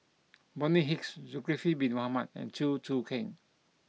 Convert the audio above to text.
Bonny Hicks Zulkifli bin Mohamed and Chew Choo Keng